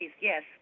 Yes